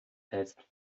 fest